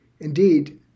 Indeed